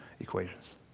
equations